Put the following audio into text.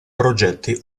progetti